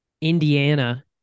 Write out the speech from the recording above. Indiana